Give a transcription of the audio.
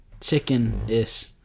Chicken-ish